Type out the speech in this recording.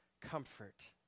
comfort